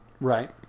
Right